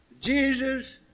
Jesus